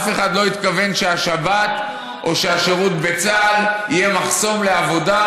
אף אחד לא התכוון שהשבת או שהשירות בצה"ל יהיה מחסום לעבודה,